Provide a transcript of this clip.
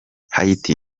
haiti